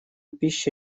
пища